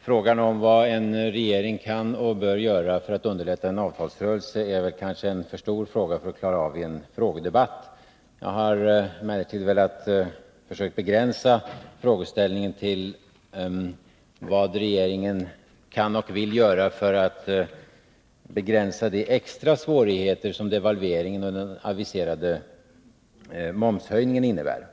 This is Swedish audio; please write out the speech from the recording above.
Frågan om vad en regering kan och bör göra för att underlätta en avtalsrörelse är kanske en för stor fråga för att klaras av i en frågedebatt. Jag har emellertid försökt begränsa frågeställningen till vad regeringen kan och vill göra för att begränsa de extra svårigheter som devalveringen och den aviserade momshöjningen innebär.